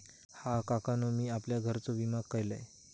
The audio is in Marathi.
हा, काकानु मी आपल्या घराचो विमा केलंय